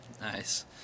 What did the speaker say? Nice